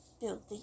building